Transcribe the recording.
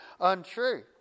untrue